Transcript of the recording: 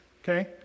Okay